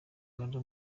rwanda